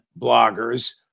bloggers